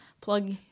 plug